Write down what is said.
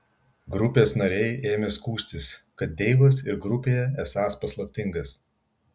grupės nariai ėmė skųstis kad deivas ir grupėje esąs paslaptingas